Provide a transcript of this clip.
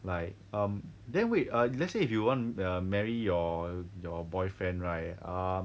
like um then wait err let's say if you want err marry your your boyfriend right um